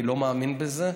אני לא מאמין בזה.